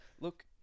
Look